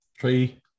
Three